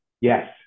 Yes